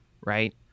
right